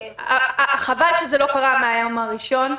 --- חבל שזה לא קרה מהיום הראשון,